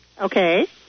okay